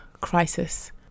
crisis